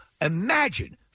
imagine